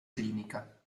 clinica